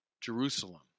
Jerusalem